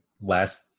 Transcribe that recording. last